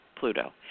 Pluto